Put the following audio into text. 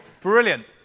Brilliant